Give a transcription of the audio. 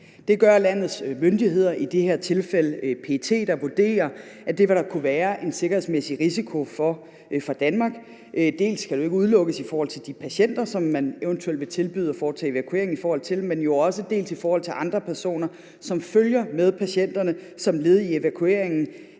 Det gør landets myndigheder, i det her tilfælde er det PET, der vurderer, at det vil der kunne være en sikkerhedsmæssig risiko for for Danmark. Det kan jo ikke udelukkes dels i forhold til de patienter, som man eventuelt vil tilbyde at foretage evakuering af, dels i forhold til andre personer, som følger med patienterne som led i evakueringen